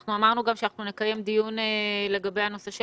אנחנו אמרנו גם שאנחנו נקיים דיון לגבי הנושא של